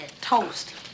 toast